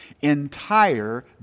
entire